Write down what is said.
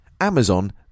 Amazon